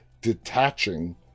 detaching